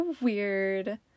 weird